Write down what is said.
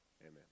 Amen